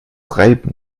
reiben